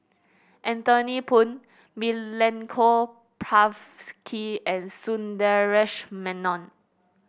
Anthony Poon Milenko Prvacki and Sundaresh Menon